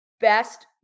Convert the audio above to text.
best